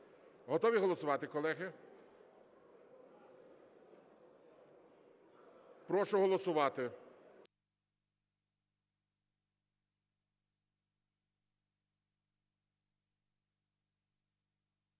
Готові голосувати, колеги? Прошу голосувати.